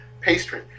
Pastry